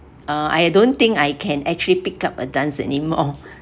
uh I don't think I can actually pick up a dance anymore